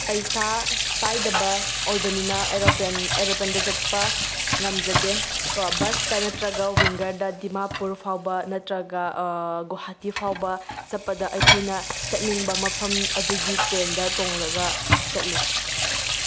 ꯄꯩꯁꯥ ꯄꯥꯏꯗꯕ ꯑꯣꯏꯕꯅꯤꯅ ꯑꯦꯔꯣꯄ꯭ꯂꯦꯟ ꯑꯦꯔꯣꯄ꯭ꯂꯦꯟꯗ ꯆꯠꯄ ꯉꯝꯖꯗꯦꯀꯣ ꯕꯁꯇꯥ ꯅꯠꯇꯔꯒ ꯋꯤꯡꯒꯔꯗ ꯗꯤꯃꯥꯄꯨꯔ ꯐꯥꯎꯕ ꯅꯠꯇ꯭ꯔꯒ ꯒꯨꯋꯥꯍꯥꯇꯤ ꯐꯥꯎꯕ ꯆꯠꯄꯗ ꯑꯩꯈꯣꯏꯅ ꯆꯠꯅꯤꯡꯕ ꯃꯐꯝ ꯑꯗꯨꯒꯤ ꯇ꯭ꯔꯦꯟꯗ ꯇꯣꯡꯂꯒ ꯆꯠꯂꯤ